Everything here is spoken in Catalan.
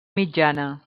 mitjana